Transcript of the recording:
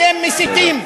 אתם מסיתים.